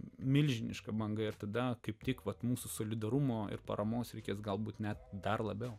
milžiniška banga ir tada kaip tik vat mūsų solidarumo ir paramos reikės galbūt net dar labiau